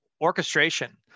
orchestration